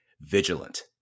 vigilant